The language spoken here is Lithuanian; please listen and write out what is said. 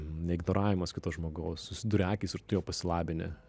neignoravimas kito žmogaus susiduria akys ir tu jau pasilabini